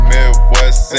Midwest